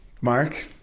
Mark